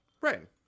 Right